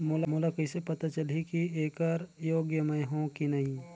मोला कइसे पता चलही की येकर योग्य मैं हों की नहीं?